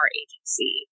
agency